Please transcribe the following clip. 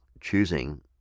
choosing